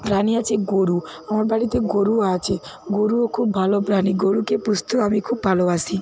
প্রাণী আছে গরু আমাদের বাড়িতে গরুও আছে গরুও খুব ভালো প্রাণী গরুকে পুষতেও আমি খুব ভালোবাসি